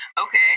Okay